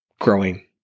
growing